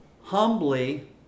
humbly